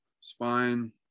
spine